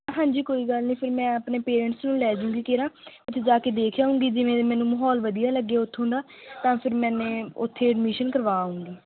ਹਾਂਜੀ ਕੋਈ ਗੱਲ ਨਹੀਂ ਫਿਰ ਮੈਂ ਆਪਣੇ ਪੇਰੈਂਟਸ ਨੂੰ ਲੈ ਜੂੰਗੀ ਕੇਰਾਂ ਉੱਥੇ ਜਾ ਕੇ ਦੇਖ ਆਊਂਗੀ ਜਿਵੇਂ ਮੈਨੂੰ ਮਾਹੌਲ ਵਧੀਆ ਲੱਗਿਆ ਉੱਥੋਂ ਦਾ ਤਾਂ ਫਿਰ ਮੈਨੇ ਉੱਥੇ ਐਡਮਿਸ਼ਨ ਕਰਵਾ ਆਊਂਗੀ